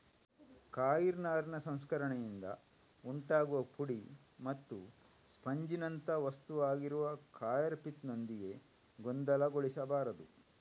coir ನಾರಿನ ಸಂಸ್ಕರಣೆಯಿಂದ ಉಂಟಾಗುವ ಪುಡಿ ಮತ್ತು ಸ್ಪಂಜಿನಂಥ ವಸ್ತುವಾಗಿರುವ ಕಾಯರ್ ಪಿತ್ ನೊಂದಿಗೆ ಗೊಂದಲಗೊಳಿಸಬಾರದು